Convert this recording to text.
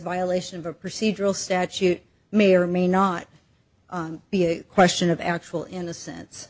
violation of a procedural statute may or may not be a question of actual innocence